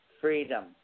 freedom